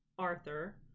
Arthur